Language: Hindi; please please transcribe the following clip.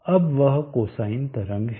अब वह कोसाइन तरंग है